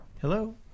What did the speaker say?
Hello